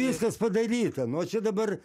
viskas padaryta nu o čia dabar